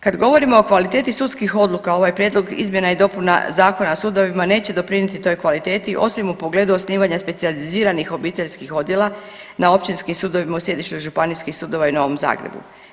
Kad govorimo o kvaliteti sudskih odluka ovaj prijedlog izmjena i dopuna Zakona o sudovima neće doprinijeti toj kvaliteti osim u pogledu osnivanja specijaliziranih obiteljski odjela na općinskim sudovima u sjedištu županijskih sudova i Novom Zagrebu.